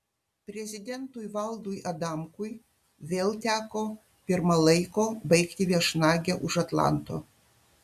prezidentui valdui adamkui vėl teko pirma laiko baigti viešnagę už atlanto